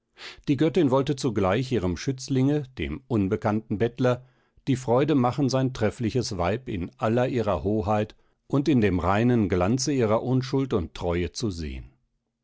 die göttin wollte zugleich ihrem schützlinge dem unbekannten bettler die freude machen sein treffliches weib in aller ihrer hoheit und in dem reinen glänze ihrer unschuld und treue zu sehen